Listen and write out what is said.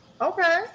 okay